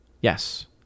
yes